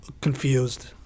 confused